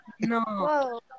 No